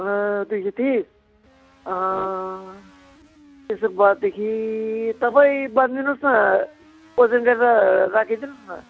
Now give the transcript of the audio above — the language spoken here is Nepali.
अँ दुई सय तिस त्यसो भएदेखि तपाईँ बाँधिदिनुहोस् न ओजन गरेर राखिदिनुहोस् न